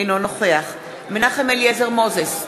אינו נוכח מנחם אליעזר מוזס,